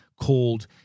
called